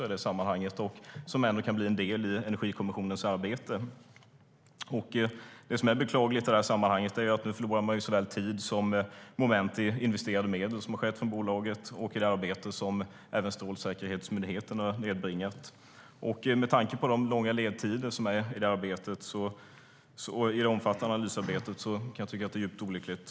Det kan bli en del i Energikommissionens arbete.